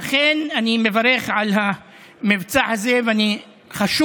לכן אני מברך על המבצע הזה, וחשוב,